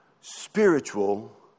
spiritual